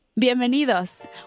Bienvenidos